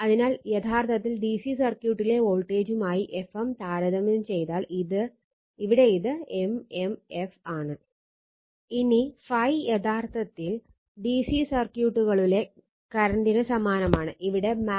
അതിനാൽ യഥാർത്ഥത്തിൽ ഡിസി സർക്യൂട്ടിലെ വോൾട്ടേജുമായി Fm താരതമ്യം ചെയ്താൽ ഇവിടെ ഇത് mmf ആണ്